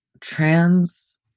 trans